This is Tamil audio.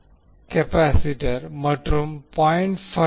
1F கெபாசிட்டர் மற்றும் 0